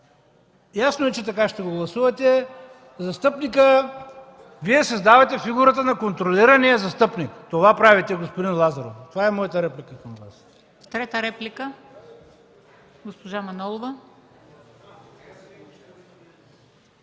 ясно е, че така ще гласувате за застъпника. Вие създавате фигурата на контролирания застъпник. Това правите, господин Лазаров. Това е моята реплика към Вас.